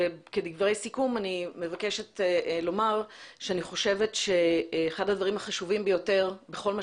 אני חושבת שאחד הדברים החשובים ביותר בכל מה